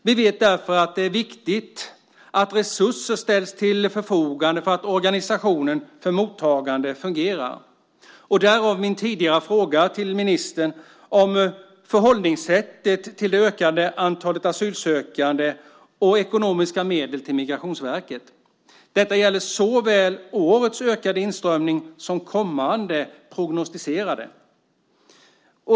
Vi vet därför att det är viktigt att resurser ställs till förfogande så att organisationen för mottagande fungerar, därav min tidigare skriftliga fråga till ministern om förhållningssättet till det ökande antalet asylsökande och ekonomiska medel till Migrationsverket. Detta gäller såväl årets ökade inströmning som kommande års prognostiserade.